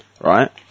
right